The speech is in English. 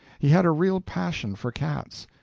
he had a real passion for cats.